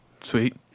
Sweet